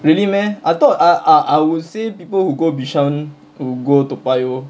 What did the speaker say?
really meh I thought I I I would say people who go bishan would go toa payoh